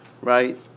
right